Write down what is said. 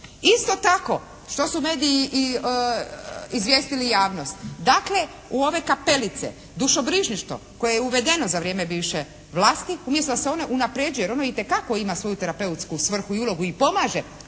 Isto tako što su mediji izvijestili javnost. Dakle, u ove kapelice dušebrižništvo koje je uvedeno za vrijeme bivše vlasti, umjesto da se ono unapređuje jer ono itekako ima svoju terapeutsku svrhu i ulogu i pomaže